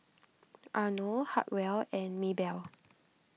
Arno Hartwell and Maebelle